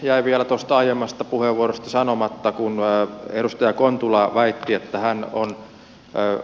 jäi vielä aiemmasta puheenvuorosta sanomatta kun edustaja kontula väitti että hän on käynyt